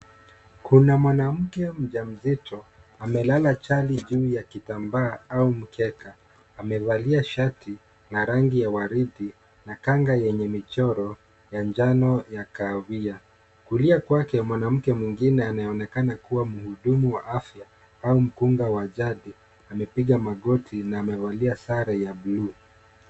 Kuna mwanamke mjamzito amelala chali juu ya kitambaa au mkeka . Amevalia shati ya rangi ya waridi na kanga yenye michoro ya njano ya kahawia . Kulia kwake mwanamke anayeonekana kuwa mhudumu wa afya au mkunga wa jadi amepiga magoti na amevalia sare ya bluu.